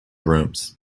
rooms